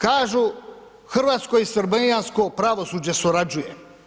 Kažu, hrvatsko i srbijansko pravosuđe surađuje.